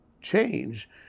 change